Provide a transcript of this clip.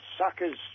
suckers